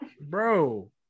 Bro